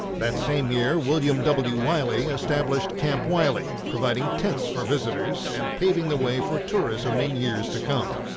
that same year william w wiley established camp wiley, providing tents for visitors and paving the way fortourism in years to come.